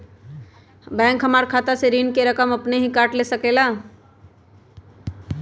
Bank हमार खाता से ऋण का रकम अपन हीं काट ले सकेला?